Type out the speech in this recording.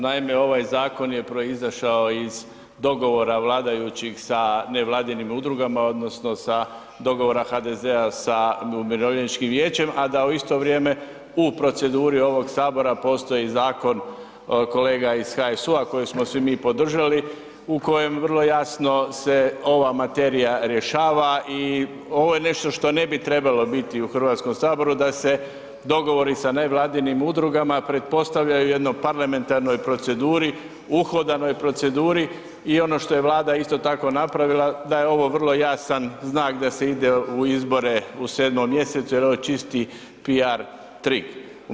Naime, ovaj zakon je proizašao iz dogovora vladajućih sa nevladinim udrugama odnosno sa dogovora HDZ-a sa umirovljeničkim vijećem, a da u isto vrijeme u proceduri ovog sabora postoji zakon kolega iz HSU-a koji smo svi mi podržali, u kojem vrlo jasno se ova materija rješava i ovo je nešto što ne bi trebalo biti u HS da se dogovori sa nevladinim udrugama pretpostavljaju u jednoj parlamentarnoj proceduri, uhodanoj proceduri i ono što je Vlada isto tako napravila da je ovo vrlo jasan znak da se ide u izbore u 7. mjesecu jer ovo je čisti piar trik.